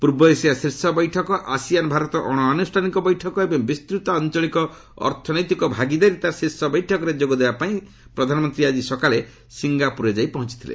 ପୂର୍ବ ଏସୀଆ ଶୀର୍ଷ ବୈଠକ ଆସିଆନ ଭାରତ ଅଣ ଆନୁଷ୍ଠାନିକ ବୈଠକ ଏବଂ ବିସ୍ତୃତ ଆଞ୍ଚଳିକ ଅର୍ଥନୈତିକ ଭାଗିଦାରିତା ଶୀର୍ଷ ବୈଠକରେ ଯୋଗଦେବା ପାଇଁ ଶ୍ରୀ ପ୍ରଧାନମନ୍ତ୍ରୀ ଆଜି ସକାଳେ ସିଙ୍ଗାପୁରରେ ଯାଇ ପହଞ୍ଚଛନ୍ତି